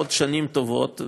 עוד שנים טובות,